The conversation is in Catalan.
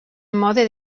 mode